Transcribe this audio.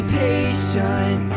patient